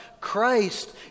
Christ